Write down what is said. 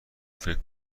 فکر